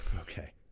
Okay